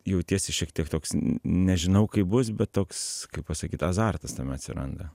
jautiesi šiek tiek toks nežinau kaip bus bet toks kaip pasakyt azartas tam atsiranda